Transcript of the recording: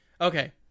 Okay